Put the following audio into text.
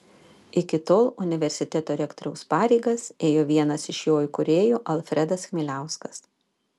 iki tol universiteto rektoriaus pareigas ėjo vienas iš jo įkūrėjų alfredas chmieliauskas